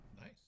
Nice